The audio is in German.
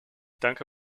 danke